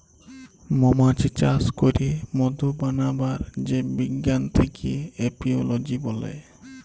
মমাছি চাস ক্যরে মধু বানাবার যে বিজ্ঞান থাক্যে এপিওলোজি ব্যলে